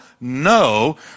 no